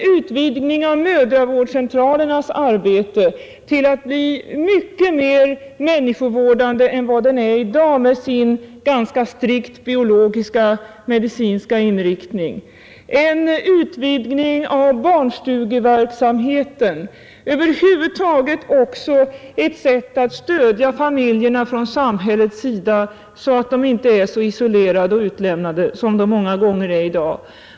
Det gäller att utvidga mödravårds Torsdagen den centralernas arbete, så att det blir mycket mer människovårdande än det i 25 mars 1971 dag är med sin ganska strikt biologisk-medicinska inriktning, en ut — Om åtgärder för att vidgning av barnstugeverksamheten — ja, över huvud taget gäller det att — förhindra barnmissfrån samhällets sida stödja familjerna så att de inte blir så isolerade och = handel m.m. utlämnade som de många gånger är i dag.